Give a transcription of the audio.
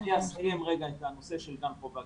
אני אסיים רגע את הנושא של גן חובה.